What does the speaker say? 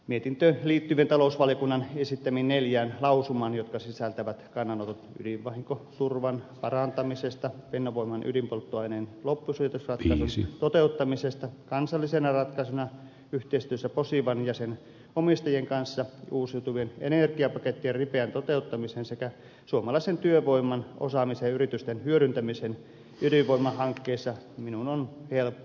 mietintöön liittyviin talousvaliokunnan esittämiin neljään lausumaan jotka sisältävät kannanotot ydinvahinkoturvan parantamisesta fennovoiman ydinpolttoaineen loppusijoitusratkaisun toteuttamisesta kansallisena ratkaisuna yhteistyössä posivan ja sen omistajien kanssa uusiutuvien energiapakettien ripeästä toteuttamisesta sekä suomalaisen työvoiman osaamisen ja yritysten hyödyntämisestä ydinvoimahankkeessa minun on helppo yhtyä